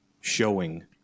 showing